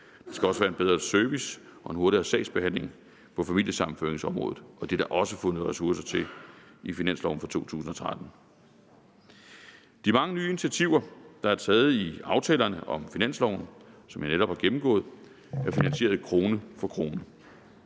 Der skal også være en bedre service og en hurtigere sagsbehandling på familiesammenføringsområdet, og det er der også fundet ressourcer til i finansloven for 2013. De mange nye initiativer, der er taget i aftalerne om finansloven, og som jeg netop har gennemgået, er finansieret krone for krone.